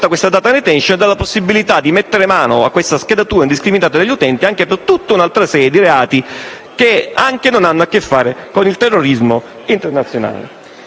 questa *data retention* e dà la possibilità di mettere mano a questa schedatura indiscriminata degli utenti anche per tutta un'altra serie di reati che non hanno a che fare con il terrorismo internazionale.